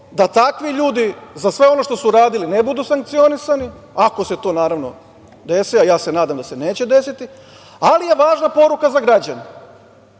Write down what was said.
da takvi ljudi za sve ono što su uradili ne budu sankcionisani, ako se to naravno desi, a ja ase nadam da se to neće desiti, ali je važna poruka za građane.